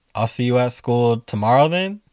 i'll see you at school tomorrow then!